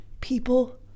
People